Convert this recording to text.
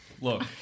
Look